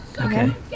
Okay